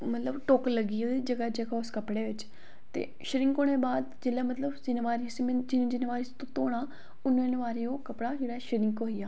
मतलब कि टुक्क लग्गी गेआ मतलब उस जगह बिच ते शरिंक होने दे बाद मतलब कि में जिन्ने बारी उसी धोना आं उन्ने उन्ने बारी ओह् कपड़ा शरिंक होई गेआ